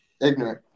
ignorant